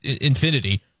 infinity